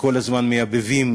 שכל הזמן מייבבים